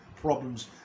problems